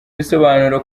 bisobanura